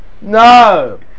No